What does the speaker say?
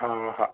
हा हा